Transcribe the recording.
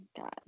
God